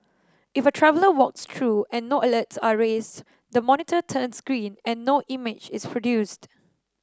if a traveller walks through and no alerts are raised the monitor turns green and no image is produced